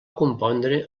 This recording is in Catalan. compondre